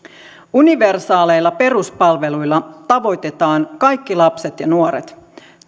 universaaleilla peruspalveluilla tavoitetaan kaikki lapset ja nuoret